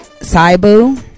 saibu